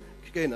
תסיים.